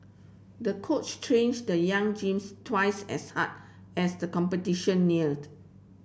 the coach changed the young gymnast twice as hard as the competition neared